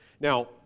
Now